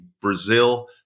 Brazil